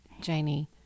janie